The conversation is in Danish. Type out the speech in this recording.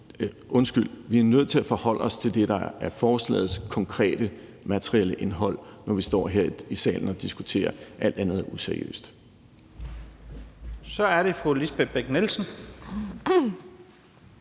Undskyld, vi er nødt til at forholde os til det, der er forslagets konkrete materielle indhold, når vi står her i salen og diskuterer. Alt andet er useriøst. Kl. 11:36 Første næstformand